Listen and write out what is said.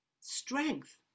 strength